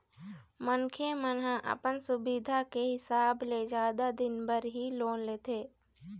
मनखे मन ह अपन सुबिधा के हिसाब ले जादा दिन बर ही लोन लेथे